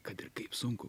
kad ir kaip sunku